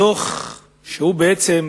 הדוח הוא בעצם,